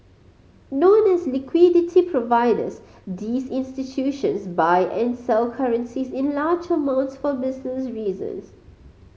known as liquidity providers these institutions buy and sell currencies in large amounts for business reasons